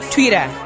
Twitter